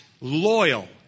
loyal